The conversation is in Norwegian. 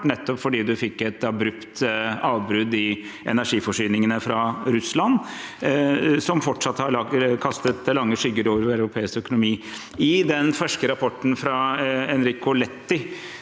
nettopp fordi man fikk et abrupt avbrudd i energiforsyningene fra Russland, som fortsatt kaster lange skygger over europeisk økonomi. I den ferske rapporten fra Enrico Letta